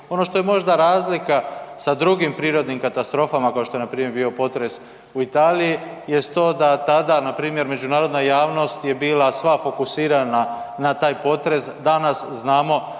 Ono što je možda razlika sa drugim prirodnim katastrofama kao što je npr. bio potres u Italiji jest to da tada npr. međunarodna javnost je bila sva fokusirana na taj potres. Danas znamo